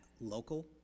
local